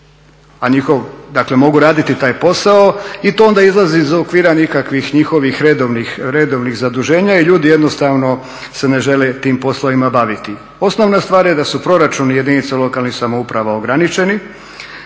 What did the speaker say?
a njihov, dakle mogu raditi taj posao i to onda izlazi iz okvira nekakvih njihovih redovnih zaduženja i ljudi jednostavno se ne žele tim poslovima baviti. Osnovna stvar je da su proračuni jedinica lokalnih samouprava ograničeni.